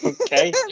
Okay